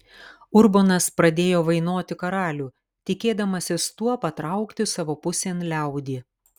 urbonas pradėjo vainoti karalių tikėdamasis tuo patraukti savo pusėn liaudį